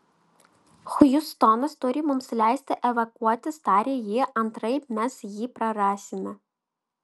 hjustonas turi mums leisti evakuotis tarė ji antraip mes jį prarasime